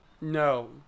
No